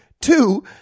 two